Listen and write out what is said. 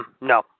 No